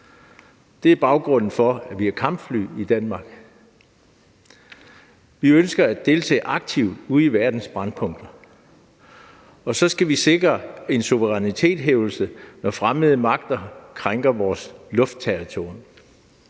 Det er baggrunden for, at vi har kampfly i Danmark. Vi ønsker at deltage aktivt i verdens brændpunkter, og så skal vi sikre en suverænitetshåndhævelse, når fremmede magter krænker vores luftterritorium.